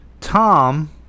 Tom